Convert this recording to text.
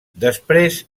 després